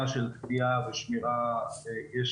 יש